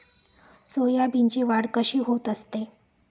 सोयाबीनची वाढ कशी होत असते?